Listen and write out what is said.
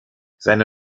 seine